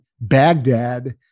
Baghdad